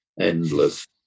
endless